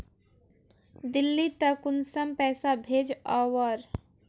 दिल्ली त कुंसम पैसा भेज ओवर?